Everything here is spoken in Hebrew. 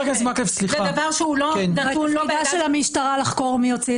הן לא טענו שזה מישהו אחר.